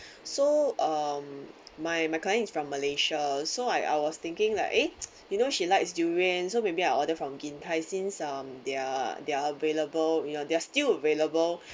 so um my my client is from malaysia so I I was thinking like eh you know she likes durian so maybe I'll order from gin thye since um they're they're available you know they are still available